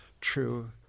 true